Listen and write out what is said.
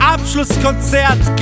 Abschlusskonzert